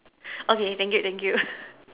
okay thank you thank you